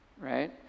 right